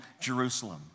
Jerusalem